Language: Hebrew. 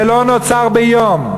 זה לא נוצר היום,